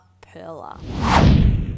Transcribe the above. perla